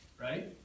Right